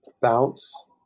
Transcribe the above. Bounce